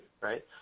right